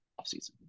offseason